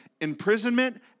imprisonment